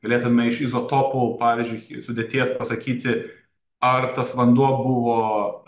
galėtume iš izotopų pavyzdžiui sudėties pasakyti ar tas vanduo buvo